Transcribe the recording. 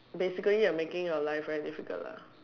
basically you're making your life very difficult lah